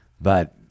but-